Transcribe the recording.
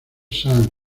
sam